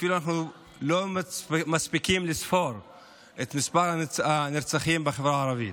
ואנחנו אפילו לא מספיקים לספור את מספר הנרצחים בחברה הערבית.